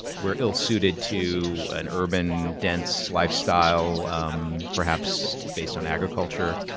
we're ill-suited to an urban, dense lifestyle perhaps based on agriculture.